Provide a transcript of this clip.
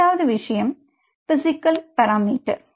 இரண்டாவது விஷயம் physical parameter